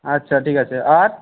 আচ্ছা ঠিক আছে আর